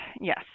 yes